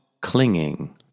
clinging